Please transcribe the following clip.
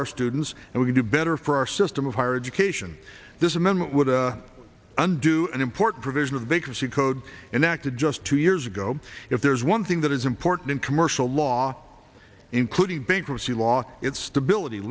our students and we can do better for our system of higher education this amendment would undo an important provision of vacancy code and acted just two years ago if there's one thing that is important commercial law including bankruptcy law its stability